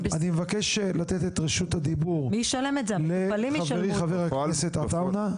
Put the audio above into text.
אני מבקש לתת את רשות הדיבור לחברי חבר הכנסת עטאונה.